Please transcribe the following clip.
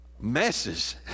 messes